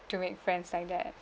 to make friends like that